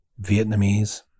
Vietnamese